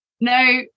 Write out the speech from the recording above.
no